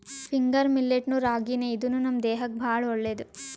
finger millet ನು ರಾಗಿನೇ ಇದೂನು ನಮ್ ದೇಹಕ್ಕ್ ಭಾಳ್ ಒಳ್ಳೇದ್